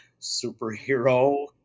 superhero